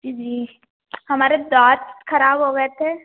जी जी हमारे दाँत खराब हो गए थे